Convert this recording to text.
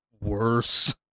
worse